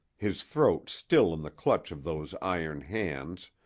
his throat still in the clutch of those iron hands,